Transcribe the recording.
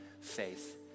faith